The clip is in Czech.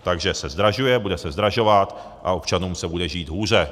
Takže se zdražuje, bude se zdražovat a občanům se bude žít hůře.